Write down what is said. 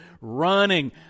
running